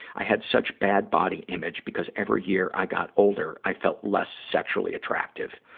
i had such bad body image because every year i got older, i felt less sexually attractive.